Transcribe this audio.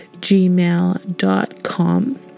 gmail.com